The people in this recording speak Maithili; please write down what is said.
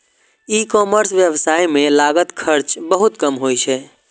ई कॉमर्स व्यवसाय मे लागत खर्च बहुत कम होइ छै